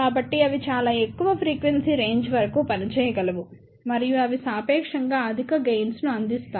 కాబట్టి అవి చాలా ఎక్కువ ఫ్రీక్వెన్సీ రేంజ్ వరకు పనిచేయగలవు మరియు అవి సాపేక్షంగా అధిక గెయిన్స్ ను అందిస్తాయి